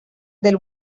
del